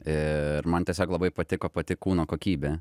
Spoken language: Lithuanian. ir man tiesiog labai patiko pati kūno kokybė